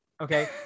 Okay